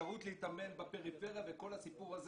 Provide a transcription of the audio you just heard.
אפשרות להתאמן בפריפריה וכל הסיפור הזה